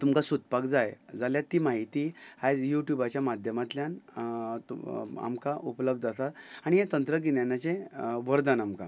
तुमकां सोदपाक जाय जाल्यार ती म्हायती आयज युट्युबाच्या माध्यमांतल्यान तु आमकां उपलब्ध आसा आनी हें तंत्रगिन्यानाचें वरदान आमकां